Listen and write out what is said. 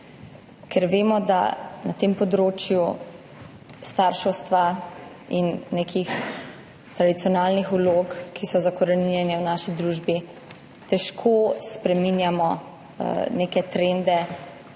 ker vemo, da na tem področju starševstva in nekih tradicionalnih vlog, ki so zakoreninjene v naši družbi, težko spreminjamo neke trende